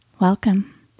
Welcome